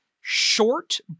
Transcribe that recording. short